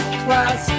class